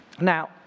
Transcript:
Now